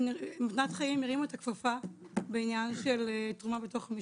מתנת חיים הרימו את הכפפה בעניין של תרומה בתוך המשפחה.